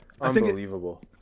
unbelievable